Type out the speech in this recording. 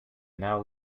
now